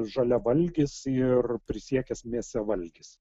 žaliavalgis ir prisiekęs mėsavalgis